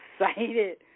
excited